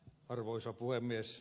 arvoisa puhemies